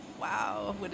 wow